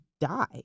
die